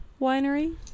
Winery